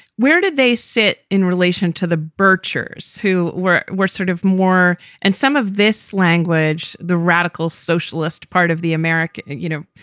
where did they sit in relation to the birchers who were were sort of more and some of this language, the radical socialist part of the america, you know,